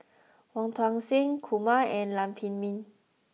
Wong Tuang Seng Kumar and Lam Pin Min